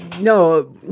no